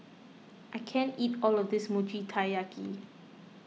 I can't eat all of this Mochi Taiyaki